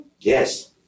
Yes